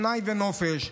פנאי ונופש,